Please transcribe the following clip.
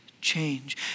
change